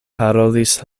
parolis